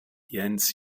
jens